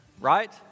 Right